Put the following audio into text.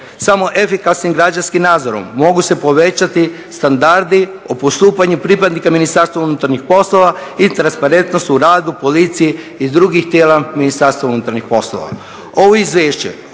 Samo efikasnim građanskim nadzorom mogu se povećati standardi o postupanju pripadnika Ministarstva unutarnjih poslova i transparentnost u radu policije i drugih tijela Ministarstva unutarnjih poslova. Ovo izvješće